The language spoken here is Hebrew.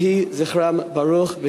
יהי זכרם ברוך.